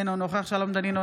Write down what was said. אינו נוכח שלום דנינו,